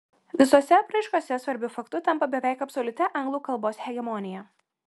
visose apraiškose svarbiu faktu tampa beveik absoliuti anglų kalbos hegemonija